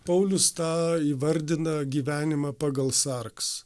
paulius tą įvardina gyvenimą pagal sarks